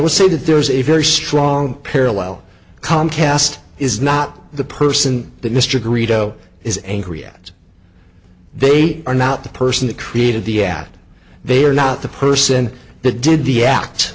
would say that there is a very strong parallel comcast is not the person that mr greedo is angry at they are not the person that created the ad they are not the person that did the act